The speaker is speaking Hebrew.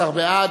11 בעד,